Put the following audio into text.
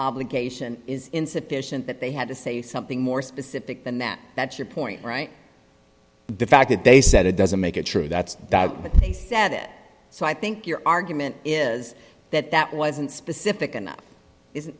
obligation is insufficient that they had to say something more specific than that that's your point right the fact that they said it doesn't make it true that they said it so i think your argument is that that wasn't specific enough is